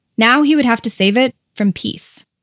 now, he would have to save it from peace